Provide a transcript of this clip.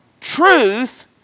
truth